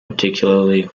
particularly